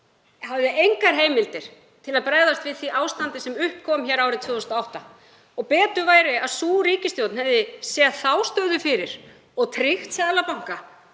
hafði engar heimildir til að bregðast við því ástandi sem upp kom árið 2008. Betur væri að sú ríkisstjórn hefði séð þá stöðu fyrir og tryggt Seðlabankanum